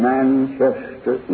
Manchester